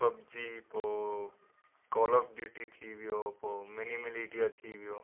PUBG पोइ call of duty थी वियो मिनी मिलिडिया थी वियो